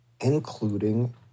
including